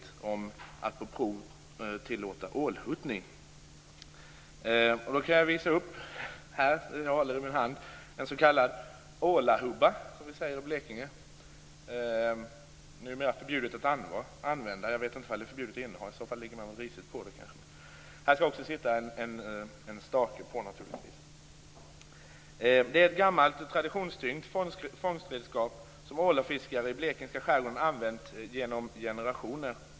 Den handlar om att på prov tillåta ålhuttning. I min hand håller jag en s.k. ålahubba, som vi säger i Blekinge. Det skall sitta en stake fast i den också. Det är numera förbjudet att använda sådana. Jag vet inte om det också är förbjudet att inneha dem. I så fall kanske jag ligger risigt till. Det är ett gammalt traditionstyngt fångstredskap som ålfiskare i den blekingska skärgården använt genom generationer.